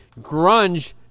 Grunge